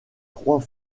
trois